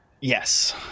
Yes